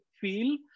feel